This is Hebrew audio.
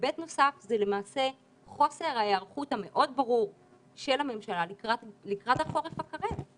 היבט נוסף זה חוסר ההיערכות המאוד ברור של הממשלה לקראת החורף הקרב.